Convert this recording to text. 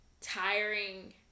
tiring